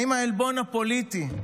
האם העלבון הפוליטי,